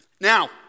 Now